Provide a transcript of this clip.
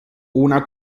una